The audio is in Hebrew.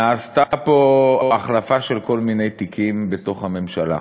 נעשתה פה החלפה של כל מיני תיקים בתוך הממשלה,